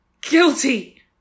guilty